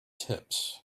tips